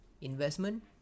investment